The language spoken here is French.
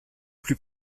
plus